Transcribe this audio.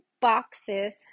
boxes